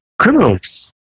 Criminals